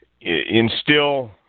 instill